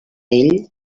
ell